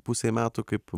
pusei metų kaip